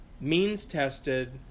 means-tested